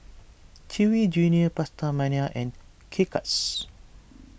Chewy Junior PastaMania and K Cuts